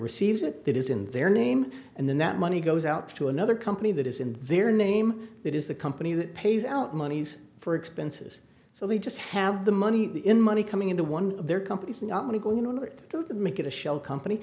receives it that is in their name and then that money goes out to another company that is in their name that is the company that pays out monies for expenses so they just have the money in money coming into one of their companies not going to go in order to make it a shell company